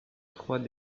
trois